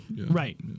Right